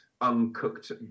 Uncooked